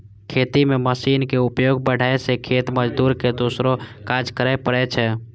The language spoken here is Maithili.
खेती मे मशीनक उपयोग बढ़ै सं खेत मजदूर के दोसरो काज करै पड़ै छै